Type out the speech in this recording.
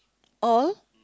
all